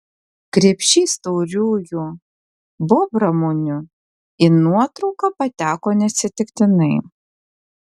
krepšys tauriųjų bobramunių į nuotrauką pateko neatsitiktinai